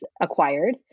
acquired